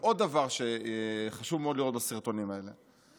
עוד דבר שחשוב מאוד לראות בסרטונים האלה הוא